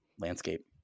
landscape